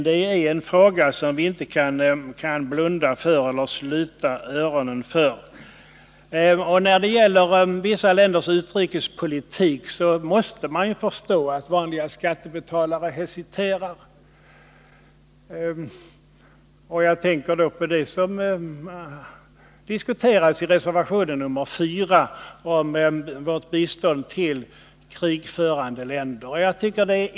Det är en fråga som vi inte kan slå dövörat till för. Vissa länders utrikespolitik gör, det måste man förstå, att vanliga skattebetalare hesiterar. Jag tänker då på det som diskuteras i reservation 4 om vårt bistånd till krigförande länder.